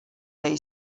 day